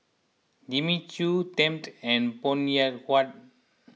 Jimmy Choo Tempt and Phoon Huat